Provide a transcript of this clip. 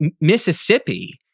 Mississippi—